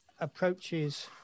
approaches